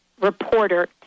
reporter